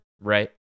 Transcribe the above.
right